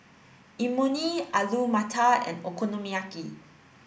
Imoni Alu Matar and Okonomiyaki